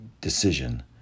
decision